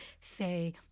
say